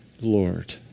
Lord